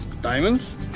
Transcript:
Diamonds